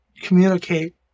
communicate